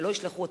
שלא ישלחו אותם,